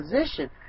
position